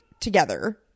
together